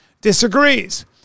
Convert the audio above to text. disagrees